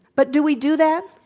but do we do that?